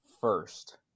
first